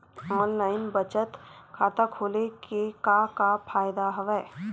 online बचत खाता खोले के का का फ़ायदा हवय